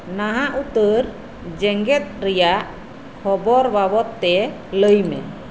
ᱱᱟᱦᱟᱜ ᱩᱛᱟᱹᱨ ᱡᱮᱸᱜᱮᱫ ᱨᱮᱭᱟᱜ ᱠᱷᱚᱵᱚᱨ ᱵᱟᱵᱚᱛ ᱛᱮ ᱞᱟᱹᱭ ᱢᱮ